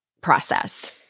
process